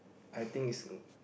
I think it's